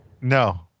No